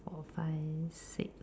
four five six